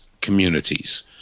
communities